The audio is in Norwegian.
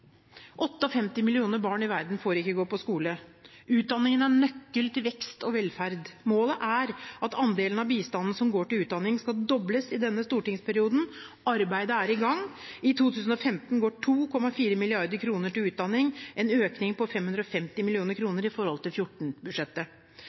58 millioner barn i verden får ikke gå på skole. Utdanning er nøkkelen til vekst og velferd. Målet er at andelen av bistanden som går til utdanning, skal dobles i denne stortingsperioden. Arbeidet er i gang. I 2015 går 2,4 mrd. kr til utdanning, en økning på 550 mill. kr i forhold til